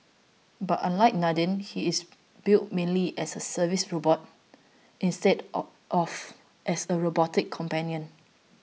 but unlike Nadine he is built mainly as a service robot instead of as a robotic companion